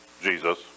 Jesus